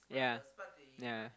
yeah yeah